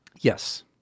Yes